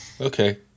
okay